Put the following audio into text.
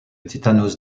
tétanos